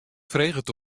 freget